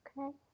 Okay